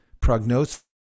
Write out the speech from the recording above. prognosis